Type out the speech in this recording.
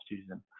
season